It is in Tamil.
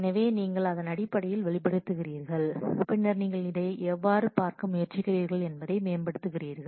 எனவே நீங்கள் அதன் அடிப்படையில் வெளிப்படுத்துகிறீர்கள் பின்னர் நீங்கள் அதை எவ்வாறு பார்க்க முயற்சிக்கிறீர்கள் என்பதை மேம்படுத்துகிறீர்கள்